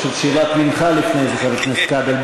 יש תפילת מנחה לפני זה, חבר הכנסת כבל.